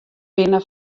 binne